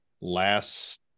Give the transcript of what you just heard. last